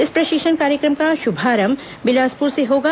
इस प्रशिक्षण कार्यक्रम का शुभारंभ बिलासपुर से होगा